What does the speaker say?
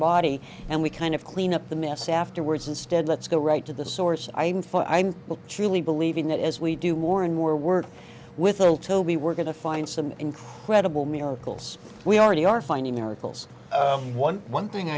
body and we kind of clean up the mess afterwards instead let's go right to the source i'm for i'm truly believing that as we do more and more work with old toby we're going to find some incredible miracles we already are finding rickles one one thing